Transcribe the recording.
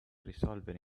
risolvere